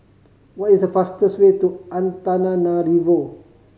what is the fastest way to Antananarivo